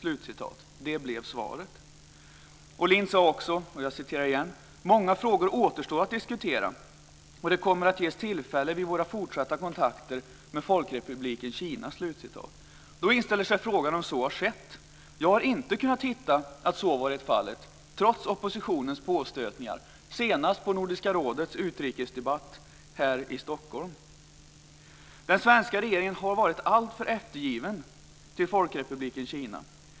Lindh sade också: "Många frågor återstår att diskutera, och det kommer att ges tillfälle vid våra fortsatta kontakter med Folkrepubliken Kina." Då inställer sig frågan om så har skett. Jag har inte kunnat hitta att så har varit fallet, trots oppositionens påstötningar, senast på Nordiska rådets utrikesdebatt här i Stockholm. Den svenska regeringen har varit alltför eftergiven mot Folkrepubliken Kina.